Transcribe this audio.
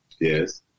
Yes